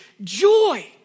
joy